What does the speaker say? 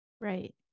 Right